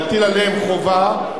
להטיל עליהם חובה,